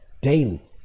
daily